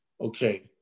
okay